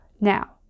Now